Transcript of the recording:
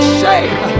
shame